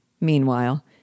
Meanwhile